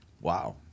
Wow